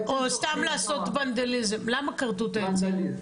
או סתם לעשות ונדליזם, למה כרתו את העצים?